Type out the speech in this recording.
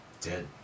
Dead